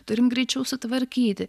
turim greičiau sutvarkyti